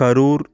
Karur